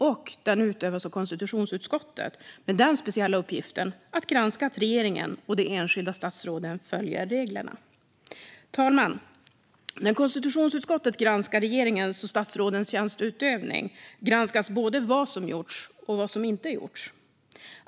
Och den utövas av konstitutionsutskottet med den speciella uppgiften att granska att regeringen och de enskilda statsråden följer reglerna. Fru talman! När konstitutionsutskottet granskar regeringens och statsrådens tjänsteutövning granskas både vad som gjorts och vad som inte gjorts.